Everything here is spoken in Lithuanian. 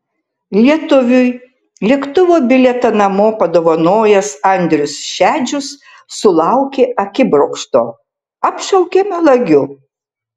lietuviui lėktuvo bilietą namo padovanojęs andrius šedžius sulaukė akibrokšto apšaukė melagiu